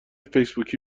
فیسبوکی